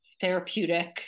therapeutic